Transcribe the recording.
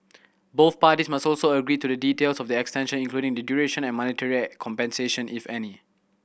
both parties must also agree to the details of the extension including the duration and monetary compensation if any